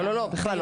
לא בכלל לא,